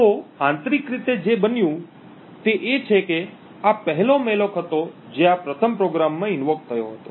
તેથી આંતરિક રીતે જે બન્યું છે તે એ છે કે આ પહેલો મૅલોક હતો જે આ પ્રથમ પ્રોગ્રામમાં ઈન્વોક થયો હતો